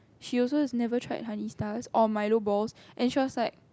she also has never tried honey stars or Milo balls and she was like